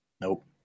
Nope